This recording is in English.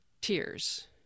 tears